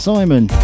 Simon